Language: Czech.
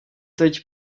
teď